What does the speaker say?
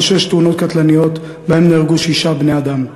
שש תאונות קטלניות ובהן נהרגו שישה בני-אדם.